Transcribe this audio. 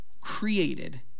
created